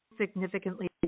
significantly